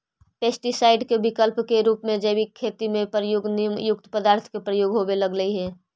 pesticide के विकल्प के रूप में जैविक खेती में प्रयुक्त नीमयुक्त पदार्थ के प्रयोग होवे लगले हि